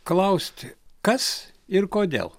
klausti kas ir kodėl